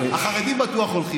החרדים בטוח הולכים.